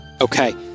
Okay